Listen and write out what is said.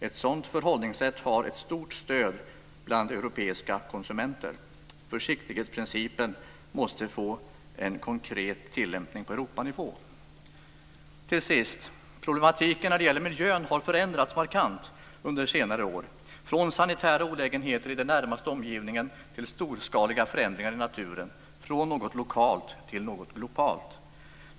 Ett sådant förhållningssätt har ett stort stöd bland europeiska konsumenter. Försiktighetsprincipen måste få en konkret tillämpning på Till sist: Problematiken när det gäller miljön har förändrats markant under senare år - från sanitära olägenheter i den närmaste omgivningen till storskaliga förändringar i naturen, från något lokalt till något globalt.